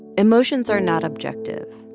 emotions are not objective.